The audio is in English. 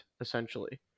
essentially